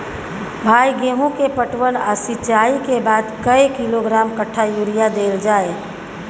भाई गेहूं के पटवन आ सिंचाई के बाद कैए किलोग्राम कट्ठा यूरिया देल जाय?